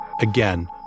Again